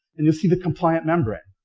and you see the compliant membrane.